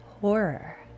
horror